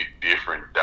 different